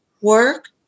work